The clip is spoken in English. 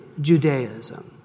Judaism